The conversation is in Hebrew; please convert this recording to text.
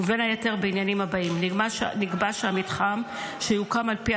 ובין היתר בעניינים הבאים: נקבע שהמתחם שיוקם על פי